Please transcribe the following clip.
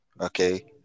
okay